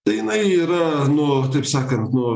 tai jinai yra nu taip sakant nu